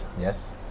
Yes